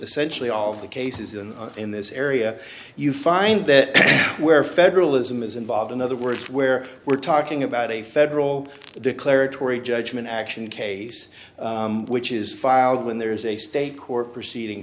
essentially all of the cases and in this area you find that where federalism is involved in other words where we're talking about a federal declaratory judgment action case which is filed when there is a state court proceeding